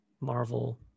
Marvel